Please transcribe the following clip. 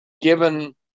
Given